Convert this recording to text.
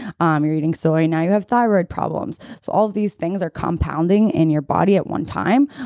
um you're eating soy, now you have thyroid problems. so all of these things are compounding in your body at one time,